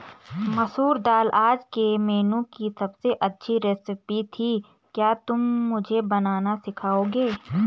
मसूर दाल आज के मेनू की अबसे अच्छी रेसिपी थी क्या तुम मुझे बनाना सिखाओंगे?